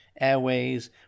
Airways